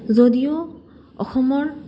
যদিও অসমৰ